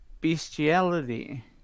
bestiality